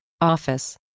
office